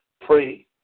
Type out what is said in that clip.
Pray